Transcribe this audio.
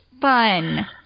fun